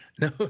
No